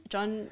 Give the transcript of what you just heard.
John